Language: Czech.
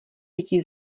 pití